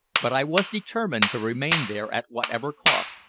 but i was determined to remain there at whatever cost,